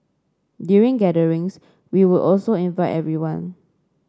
during gatherings we would also invite everyone